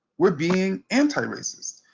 we're being anti-racist.